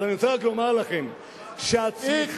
אז אני רוצה רק לומר לכם, כצל'ה, תשיב להצעת החוק.